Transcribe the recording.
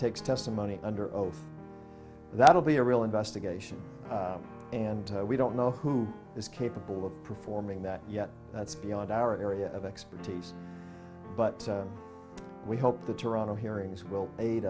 takes testimony under oath that will be a real investigation and we don't know who is capable of performing that yet that's beyond our area of expertise but we hope the toronto hearings will